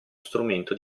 strumento